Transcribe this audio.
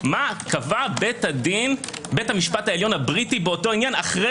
מה קבע בית המשפט העליון הבריטי באותו עניין אחרי